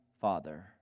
Father